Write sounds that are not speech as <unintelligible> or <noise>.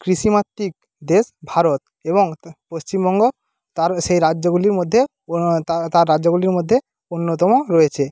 কৃষিমাতৃক দেশ ভারত এবং <unintelligible> পশ্চিমবঙ্গ তার সে রাজ্যগুলির মধ্যে <unintelligible> তার রাজ্যগুলির মধ্যে অন্যতম রয়েছে